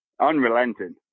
Unrelenting